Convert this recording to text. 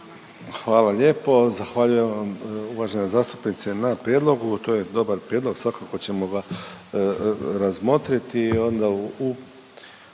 Hvala lijepo. Zahvaljujem vam, uvažena zastupnice na prijedlogu. To je dobar prijedlog, svakako ćemo ga razmotriti